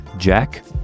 Jack